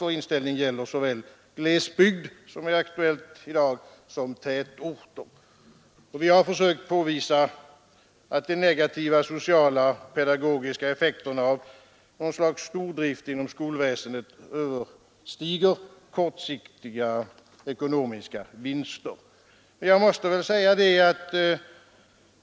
Vår inställning gäller såväl glesbygd — som är aktuellt i dag — som tätorter. Vi har försökt påvisa att de negativa sociala och pedagogiska effekterna av något slags stordrift inom skolväsendet överstiger kortsiktiga ekonomiska vinster.